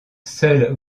seul